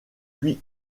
puis